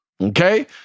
okay